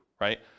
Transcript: right